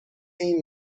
این